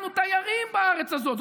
אנחנו תיירים בארץ הזאת.